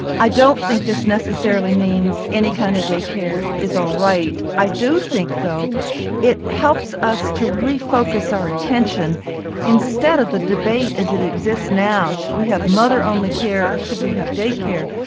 i don't think this necessarily means any kind of daycare is all right. i do think though it helps us to re-focus our attention instead of the debate as it exists now should we have mother-only care or should we have daycare?